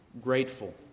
grateful